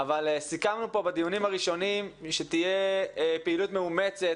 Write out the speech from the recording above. סיכמנו פה בדיונים הראשונים שתהיה פעילות מאומצת